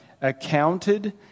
accounted